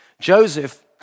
Joseph